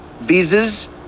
visas